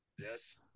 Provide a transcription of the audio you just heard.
Yes